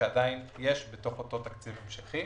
והן עדיין בתוך אותו תקציב המשכי.